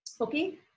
okay